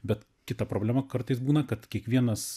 bet kita problema kartais būna kad kiekvienas